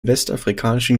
westafrikanischen